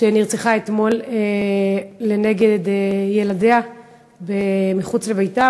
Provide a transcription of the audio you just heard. שנרצחה אתמול לנגד עיני ילדיה מחוץ לביתה